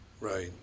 right